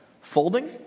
Folding